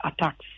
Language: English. attacks